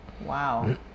Wow